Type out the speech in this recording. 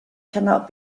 cannot